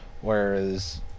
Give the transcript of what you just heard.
Whereas